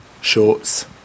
Shorts